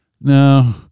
no